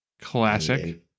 Classic